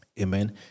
Amen